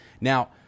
Now